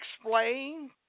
explain